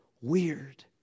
weird